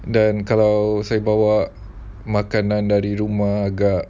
dan kalau saya bawa makanan dari rumah agak